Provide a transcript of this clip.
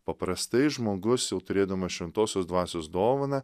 paprastai žmogus jau turėdamas šventosios dvasios dovaną